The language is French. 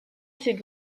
ses